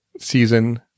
season